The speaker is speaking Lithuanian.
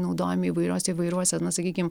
naudojami įvairiose įvairiuose na sakykim